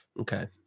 Okay